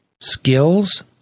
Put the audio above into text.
Skills